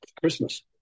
Christmas